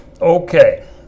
okay